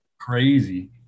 Crazy